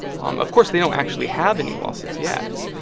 um of course, they don't actually have any losses yet.